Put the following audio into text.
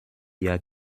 ihr